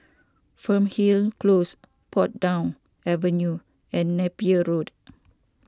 Fernhill Close Portsdown Avenue and Napier Road